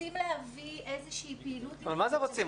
רוצים להביא איזושהי פעילות לבית הספר --- ‏אבל מה זה "רוצים"?